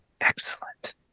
Excellent